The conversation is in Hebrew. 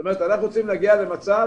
זאת אומרת, אנחנו רוצים להגיע למצב